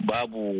Babu